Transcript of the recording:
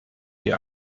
die